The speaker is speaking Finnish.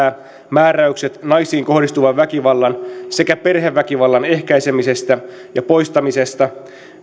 määräykset naisiin kohdistuvan väkivallan sekä perheväkivallan ehkäisemisestä ja poistamisesta